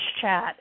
chat